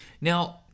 Now